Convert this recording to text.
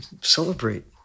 celebrate